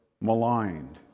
maligned